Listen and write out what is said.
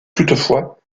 toutefois